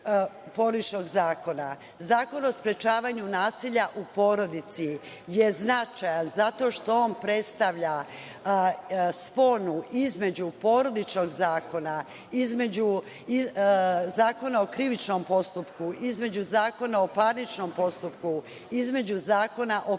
Porodičnog zakona. Zakon o sprečavanju nasilja u porodici je značajan zato što on predstavlja sponu između Porodičnog zakona, između Zakona o krivičnom postupku, između Zakona o parničnom postupku, između Zakona o